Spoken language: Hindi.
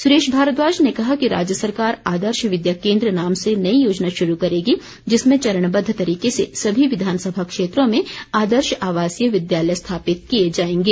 सुरेश भारद्वाज ने कहा कि राज्य सरकार आदर्श विद्या केन्द्र नाम से नई योजना शुरू करेगी जिसमें चरणबद्ध तरीके से सभी विघानसभा क्षेत्रों में आदर्श आवासीय विद्यालय स्थापित किए जाएंगे